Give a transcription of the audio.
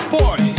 boy